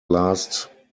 last